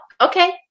okay